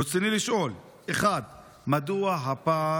רצוני לשאול: 1. מדוע הפער